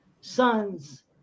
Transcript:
sons